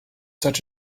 such